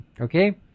okay